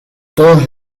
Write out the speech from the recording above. todos